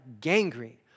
gangrene